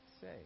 say